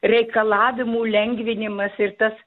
reikalavimų lengvinimas ir tas